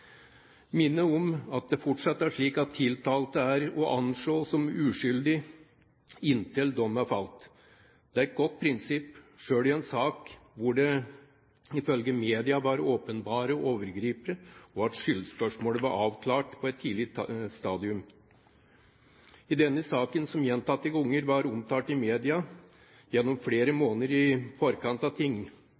minner om at det fortsatt er slik at tiltalte er å anse som uskyldig inntil dom er falt. Det er et godt prinsipp, selv i en sak hvor det ifølge media var åpenbare overgripere og skyldspørsmålet var avklart på et tidlig stadium. I denne saken, som gjentatte ganger var omtalt i media, gjennom flere måneder i forkant av